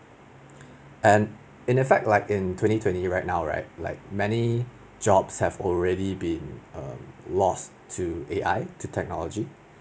and in effect like in twenty twenty right now right like many jobs have already been um lost to A_I to technology